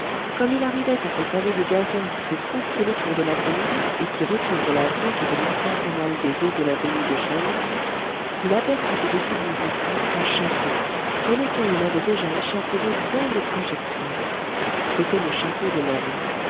comme il arrivait à cette allée de gazon qui fait presque le tour de la colline et qui recouvre la voûte de l'ancien canal des eaux de l'abbaye de chelles il aperçut au-dessus d'une broussaille un chapeau sur lequel il avait déjà échafaudé bien des conjectures c'était le chapeau de l'homme